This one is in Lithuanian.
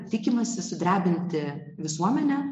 tikimasi sudrebinti visuomenę